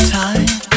time